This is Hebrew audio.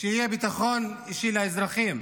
שיהיה ביטחון אישי לאזרחים.